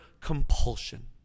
compulsion